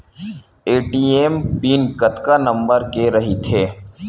ATM PIN कतका number के रही थे?